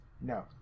No